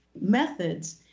methods